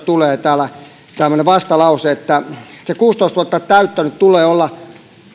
tulee tämmöinen lause että kuusitoista vuotta täyttäneen tulee olla